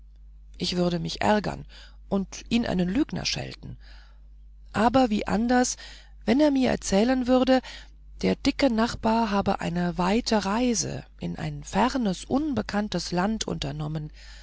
ich würde mich ärgern und ihn einen lügner schelten aber wie anders wenn mir erzählt würde der dicke nachbar hab eine weite reise in ein fernes unbekanntes land unternommen